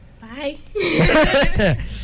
bye